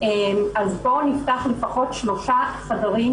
היישום בפועל,